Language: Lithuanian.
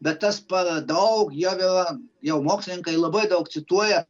bet tas per daug jau yra jau mokslininkai labai daug cituoja